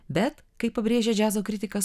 bet kaip pabrėžia džiazo kritikas